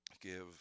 give